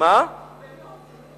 מאוד סרטים.